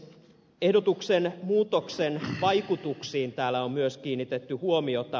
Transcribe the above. ehdotuksen muutoksen vaikutuksiin täällä on myös kiinnitetty huomiota